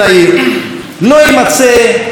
לא יימצא ולא ייראה.